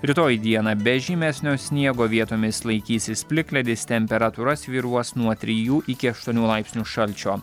rytoj dieną be žymesnio sniego vietomis laikysis plikledis temperatūra svyruos nuo trijų iki aštuonių laipsnių šalčio